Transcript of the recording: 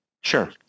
Sure